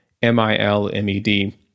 M-I-L-M-E-D